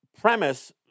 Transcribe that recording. premise